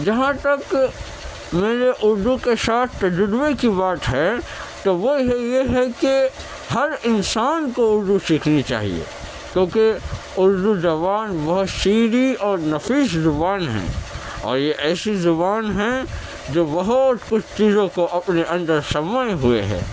جہاں تک میرے اردو کے ساتھ تجربے کی بات ہے تو وہ ہے یہ ہے کہ ہر انسان کو اردو سیکھنی چاہیے کیونکہ اردو زبان بہت شیریں اور نفیس زبان ہے اور یہ ایسی زبان ہے جو بہت کچھ چیزوں کو اپنے اندر سموئے ہوئے ہے